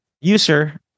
user